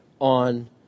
on